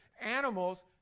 animals